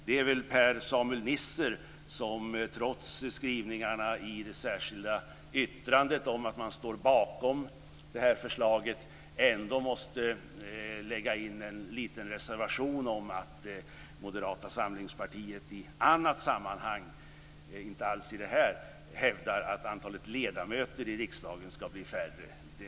Det är att Per-Samuel Nisser, trots skrivningarna i det särskilda yttrandet om att man står bakom det här förslaget, ändå måste lägga in en liten reservation om att Moderata samlingspartiet i ett annat sammanhang - inte alls i det här - hävdar att antalet ledamöter i riksdagen ska bli färre.